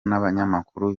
n’abanyamakuru